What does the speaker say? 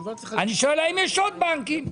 האם יש עוד בנקים?